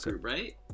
right